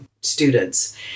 students